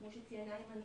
כמו שציין איימן,